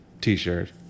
t-shirt